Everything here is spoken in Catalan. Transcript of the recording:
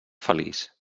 feliç